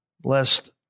Blessed